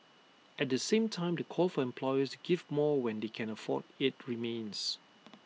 at the same time the call for employers to give more when they can afford IT remains